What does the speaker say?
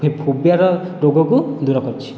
ହେ ଫୋବିଆର ରୋଗକୁ ଦୂର କରିଛି